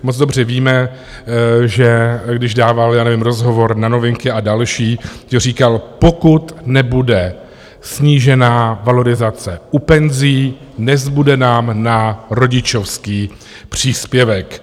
Moc dobře víme, že když dával, já nevím, rozhovor na Novinky a další, říkal pokud nebude snížená valorizace u penzí, nezbude nám na rodičovský příspěvek.